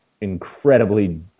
incredibly